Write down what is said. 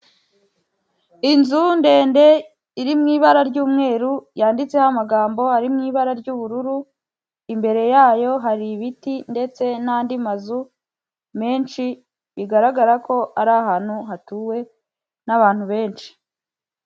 Inzu ndende iri mu ibara ry'umweru yanditseho amagambo ari mu ibara ry'ubururu imbere yayo hari ibiti ndetse n'andi mazu menshi bigaragara ko ari ahantu hatuwe n'abantu benshi.